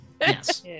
Yes